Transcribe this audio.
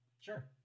Sure